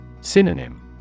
Synonym